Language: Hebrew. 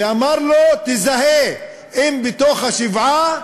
ואמר לו: תזהה אם בתוך השבעה